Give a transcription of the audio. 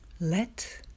Let